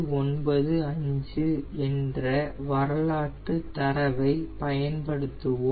995 என்ற வரலாற்று தரவை பயன்படுத்துவோம்